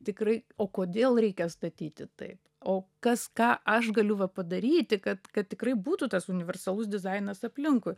tikrai o kodėl reikia statyti taip o kas ką aš galiu va padaryti kad kad tikrai būtų tas universalus dizainas aplinkui